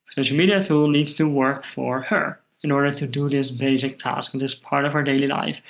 social media tool needs to work for her in order to do this basic task in this part of her daily life.